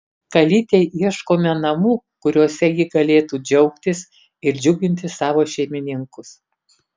kalytei ieškome namų kuriuose ji galėtų džiaugtis ir džiuginti savo šeimininkus